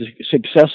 success